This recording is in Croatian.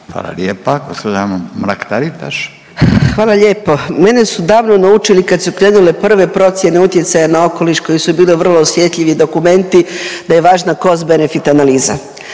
Anka (GLAS)** Hvala lijepo. Mene su davno naučili kad su krenule prve procjene utjecaja na okoliš koje su bile vrlo osjetljivi dokumenti da je važna Cost-benefit analiza,